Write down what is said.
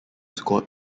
scored